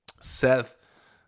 Seth